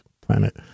Planet